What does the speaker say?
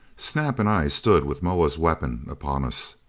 snap and i stood with moa's weapon upon us.